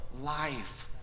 life